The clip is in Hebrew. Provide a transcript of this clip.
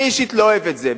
אני אישית לא אוהב את זה,